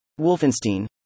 Wolfenstein